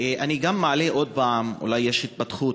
גם אני מעלה עוד פעם, אולי יש התפתחות.